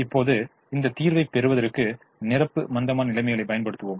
இப்போது இந்த தீர்வை பெறுவதற்கு நிரப்பு மந்தமான நிலைமைகளைப் பயன்படுத்துவோம்